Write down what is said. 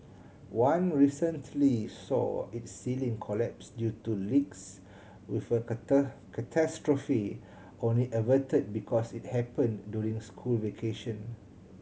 one recently saw its ceiling collapse due to leaks with a catastrophe only averted because it happened during school vacation